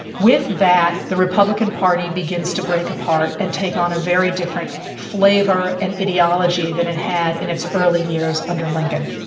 with that the republican party begins to break apart and take on a very different flavour and ideology than it had in its early years under lincoln.